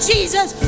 Jesus